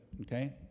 okay